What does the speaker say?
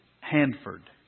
Hanford